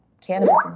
Cannabis